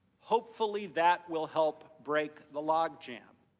hopefully that will help break the logjam.